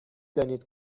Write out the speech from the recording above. دانید